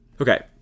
Okay